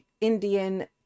Indian